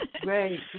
Great